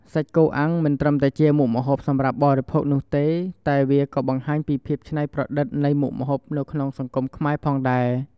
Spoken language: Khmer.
សាច់គោអាំងមិនត្រឹមតែជាមុខម្ហូបសម្រាប់បរិភោគនោះទេ តែវាក៏បង្ហាញពីភាពឆ្នៃប្រឌិតនៃមុខម្ហូបនៅក្នុងសង្គមខ្មែរផងដែរ។